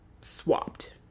swapped